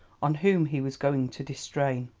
on whom he was going to distrain.